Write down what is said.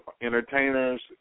entertainers